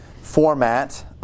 format